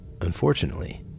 Unfortunately